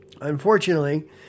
Unfortunately